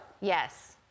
Yes